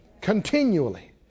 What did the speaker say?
continually